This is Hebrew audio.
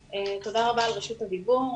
תודה רבה על רשות הדיבור.